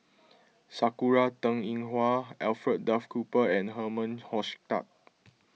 Sakura Teng Ying Hua Alfred Duff Cooper and Herman Hochstadt